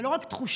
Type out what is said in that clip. וזו לא רק תחושה,